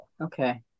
Okay